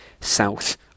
south